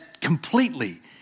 completely